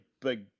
big